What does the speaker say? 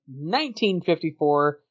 1954